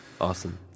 awesome